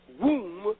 womb